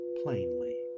plainly